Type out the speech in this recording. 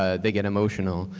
ah they get emotional.